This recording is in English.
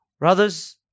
Brothers